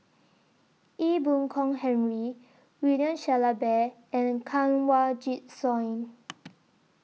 Ee Boon Kong Henry William Shellabear and Kanwaljit Soin